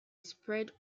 spread